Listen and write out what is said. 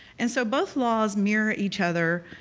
and so both laws mirror each other.